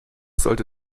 sollte